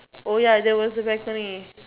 oh ya there was a balcony